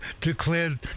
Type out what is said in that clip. declared